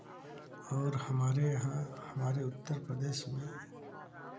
और हमारे यहाँ हमारे उत्तर प्रदेश में